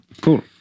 cool